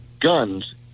guns